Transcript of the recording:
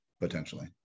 potentially